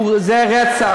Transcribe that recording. זה רצח,